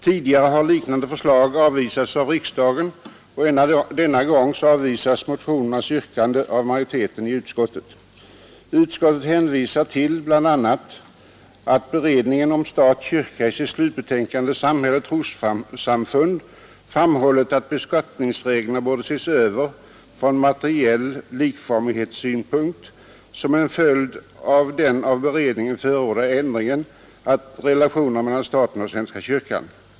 Tidigare har liknande förslag avvisats av riksdagen, och även denna gång avvisas motionernas yrkande av majoriteten i utskottet. Utskottet hänvisar bl.a. till att beredningen om stat—kyrka i sitt slutbetänkande Samhälle och trossamfund framhållit att beskattningsreglerna borde ses över från materiell likformighetssynpunkt som en följd av den av beredningen förordade ändringen av relationerna mellan staten och svenska kyrkan.